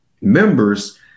members